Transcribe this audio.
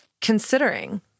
considering